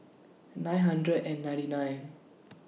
nine hundred and ninety nine